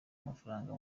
amafaranga